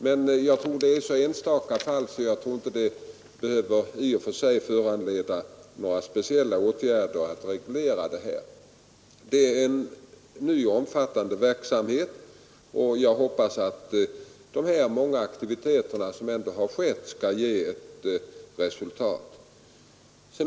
Men jag tror att detta gäller så få fall att man inte behöver vidta några speciella åtgärder för att reglera det. Detta är en ny och omfattande verksamhet, och jag hoppas att de många aktiviteter som ändå förekommit skall ge resultat.